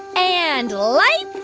and lights